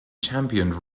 championed